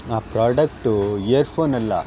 ಆ product ear ಫೋನಲ್ಲ